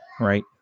right